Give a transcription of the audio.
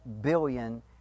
billion